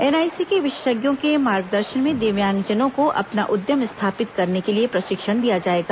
NIC के विशेषज्ञों के मार्गदर्शन में दिव्यांगजनों को अपना उद्यम स्थापित करने के लिए प्रशिक्षण दिया जाएगा